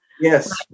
yes